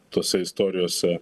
tose istorijose